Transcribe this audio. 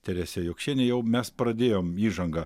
teresė jokšienė jau mes pradėjom įžangą